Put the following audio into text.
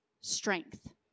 strength